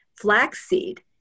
flaxseed